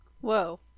Whoa